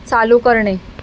चालू करणे